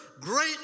Great